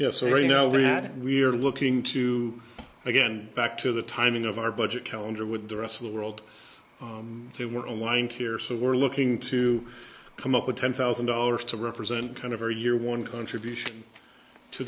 that we're looking to again back to the timing of our budget calendar with the rest of the world to work on line here so we're looking to come up with ten thousand dollars to represent kind of our year one contribution to